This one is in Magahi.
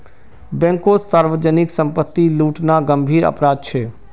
बैंककोत सार्वजनीक संपत्ति लूटना गंभीर अपराध छे